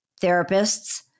therapists